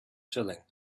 chilling